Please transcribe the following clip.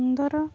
ପନ୍ଦର